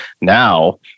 Now